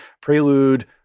Prelude